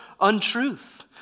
untruth